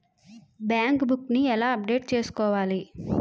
Bank book నీ ఎలా update చేసుకోవాలి?